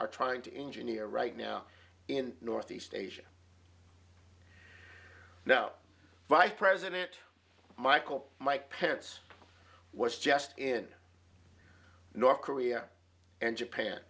are trying to engineer right now in northeast asia no vice president michael mike pence was just in north korea and japan